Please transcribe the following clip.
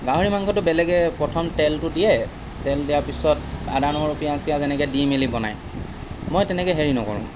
গাহৰি মাংসটো বেলেগে প্ৰথম তেলটো দিয়ে তেল দিয়াৰ পিছত আদা নহৰু পিঁয়াজ চিয়াজ এনেকৈ দি মেলি বনায় মই তেনেকৈ হেৰি নকৰোঁ